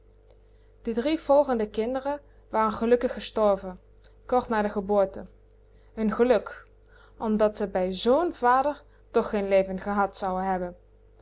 de drie volgende kinderen waren gelukkig gestorven kort na de geboorte n geluk omdat ze bij z'n vader toch geen leven gehad zouen hebben